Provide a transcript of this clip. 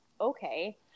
okay